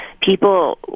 people